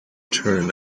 turned